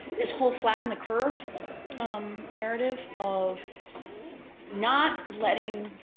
this whole flatten the curve um narrative of not letting